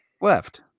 Left